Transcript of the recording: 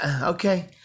okay